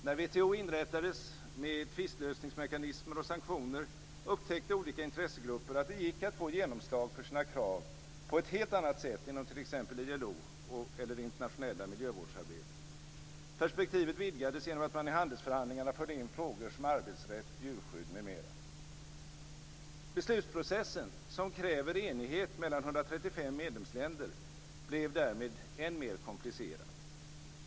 När WTO inrättades med tvistlösningsmekanismer och sanktioner, upptäckte olika intressegrupper att det gick att få genomslag för sina krav på ett helt annat sätt än inom t.ex. ILO eller det internationella miljövårdsarbetet. Perspektivet vidgades genom att man i handelsförhandlingarna förde in frågor om arbetsrätt, djurskydd, m.m. Beslutsprocessen, som kräver enighet mellan 135 medlemsländer, blev därmed än mer komplicerad.